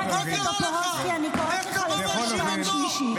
הכנסת טופורובסקי, אני קוראת אותך לסדר פעם שנייה.